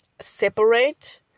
separate